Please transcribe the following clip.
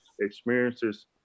experiences